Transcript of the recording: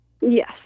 Yes